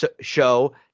show